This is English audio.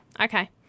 Okay